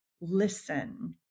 listen